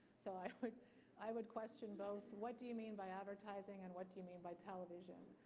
so i would i would question both what do you mean by advertising, and what do you mean by television?